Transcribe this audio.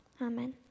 Amen